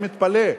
ואני מתפלא,